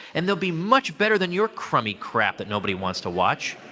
and they'll be much better than your crummy crap that nobody wants to watch.